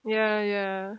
ya ya